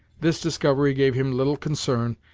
this discovery gave him little concern,